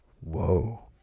Whoa